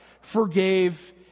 forgave